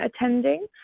attending